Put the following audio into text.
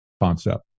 concept